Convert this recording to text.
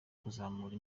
kuzamura